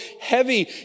heavy